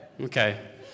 Okay